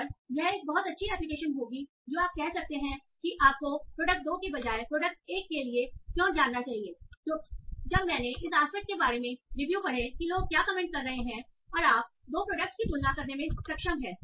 और यह एक बहुत अच्छी एप्लीकेशन होगी जो आप कह सकते हैं कि आपको प्रोडक्ट 2 के बजाय प्रोडक्ट 1 के लिए क्यों जाना चाहिए क्योंकि जब मैंने इस आस्पेक्ट के बारे में रिव्यू पढ़ें कि लोग क्या कमेंट कर रहे हैं और आप 2 प्रोडक्टस की तुलना करने में सक्षम हैं